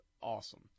awesome